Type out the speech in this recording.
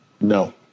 No